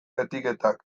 etiketak